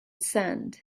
sand